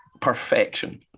perfection